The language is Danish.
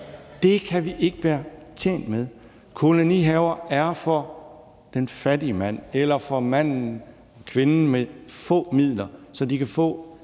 Det kan vi ikke være tjent med. Kolonihaver er for den fattige mand eller for manden eller kvinden med få midler, så de kan få